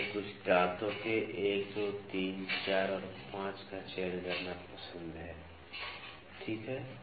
मुझे कुछ दांतों के 1 2 3 4 और 5 का चयन करना पसंद है ठीक है